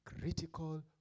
critical